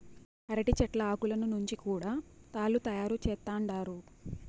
అరటి చెట్ల ఆకులను నుంచి కూడా తాళ్ళు తయారు చేత్తండారు